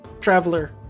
traveler